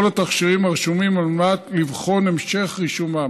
התכשירים הרשומים על מנת לבחון את המשך רישומם.